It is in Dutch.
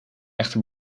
echter